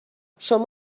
شما